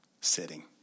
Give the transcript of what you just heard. Sitting